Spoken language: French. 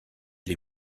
les